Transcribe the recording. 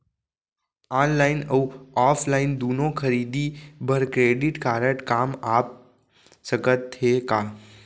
Online अऊ offline दूनो खरीदी बर क्रेडिट कारड काम आप सकत हे का?